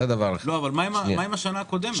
מה עם השנה הקודמת?